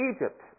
Egypt